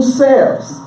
selves